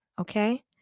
Okay